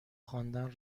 خواندن